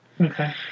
Okay